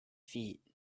feet